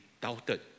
doubted